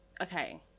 okay